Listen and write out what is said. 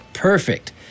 Perfect